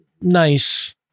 nice